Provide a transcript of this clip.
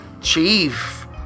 chief